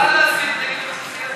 מסית נגד אוכלוסייה.